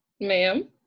ma'am